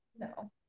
no